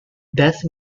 death